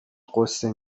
غصه